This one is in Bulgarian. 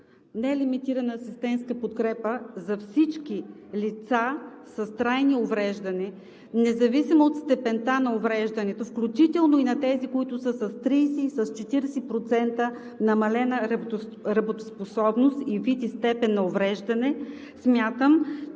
нелимитирана асистентска подкрепа за всички лица с трайни увреждания, независимо от степента на увреждането, включително и на тези, които са с 30 и с 40% намалена работоспособност и вид и степен на увреждане, смятам,